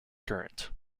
current